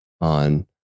on